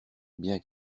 bien